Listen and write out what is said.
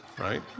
right